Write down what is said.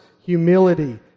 humility